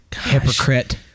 hypocrite